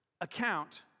account